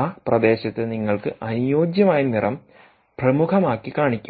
ആ പ്രദേശത്ത് നിങ്ങൾക്ക് അനുയോജ്യമായ നിറം പ്രമുഖമാക്കിക്കാണിക്കും